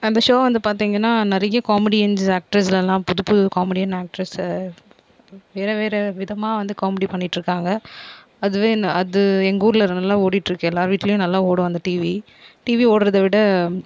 அந்த ஷோவை வந்து பார்த்தீங்கன்னா நிறைய காமெடியன்ஸ் ஆக்டர்ஸெலாம் புது புது காமெடியன் ஆக்டர்ஸு வேறு வேறு விதமாக வந்து காமெடி பண்ணிட்டுருக்காங்க அதுவே இன்ன அது எங்கள் ஊரில் நல்லா ஓடிட்டுருக்கு எல்லார் வீட்டுலையும் நல்லா ஓடும் அந்த டிவி டிவி ஓடுறதை விட